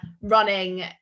running